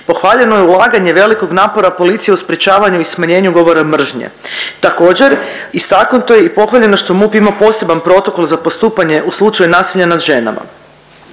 Pohvaljeno je ulaganje velikog napora policije u sprječavanju i smanjenju govora mržnje. Također, istaknuto je i pohvaljeno što MUP ima poseban protokol za postupanje u slučaju nasilja nad ženama.